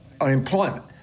unemployment